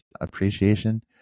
appreciation